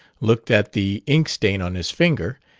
looked at the inkstain on his finger,